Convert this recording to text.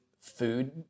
food